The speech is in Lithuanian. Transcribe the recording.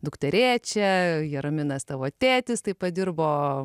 dukterėčia jaraminas tavo tėtis taip padirbo